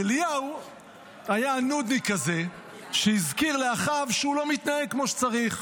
כי אליהו היה הנודניק הזה שהזכיר לאחאב שהוא לא מתנהג כמו שצריך,